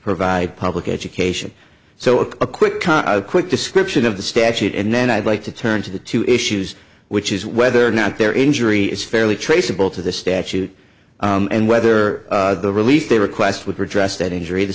provide public education so a quick quick description of the statute and then i'd like to turn to the two issues which is whether or not their injury is fairly traceable to the statute and whether the relief they request with redress that injury the